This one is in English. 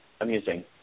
amusing